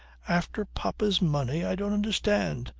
after papa's money? i don't understand,